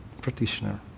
practitioner